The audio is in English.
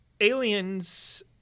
aliens